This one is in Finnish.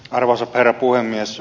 arvoisa herra puhemies